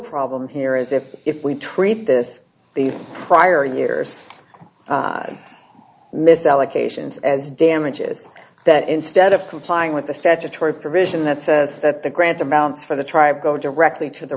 problem here is that if we treat this these prior years misallocations as damages that instead of complying with the statutory provision that says that the grant amounts for the tribe go directly to the